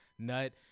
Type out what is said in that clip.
Nut